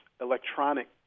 electronic